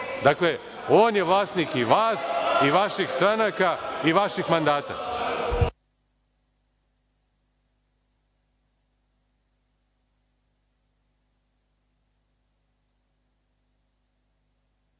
Dakle, on je vlasnik i vas i vaših stranaka i vaših